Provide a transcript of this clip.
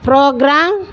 program